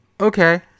Okay